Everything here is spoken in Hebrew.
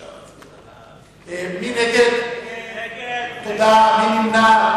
לסעיף 37 לא נתקבלה.